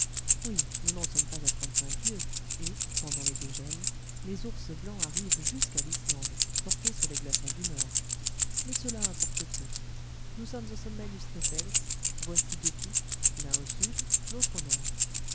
oui nous n'en sommes pas à trente-cinq lieues et pendant les dégels les ours blancs arrivent jusqu'à l'islande portés sur les glaçons du nord mais cela importe peu nous sommes au sommet du sneffels voici deux pics l'un au sud l'autre au nord